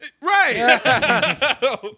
Right